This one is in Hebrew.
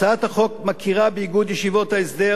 הצעת החוק מכירה באיגוד ישיבות ההסדר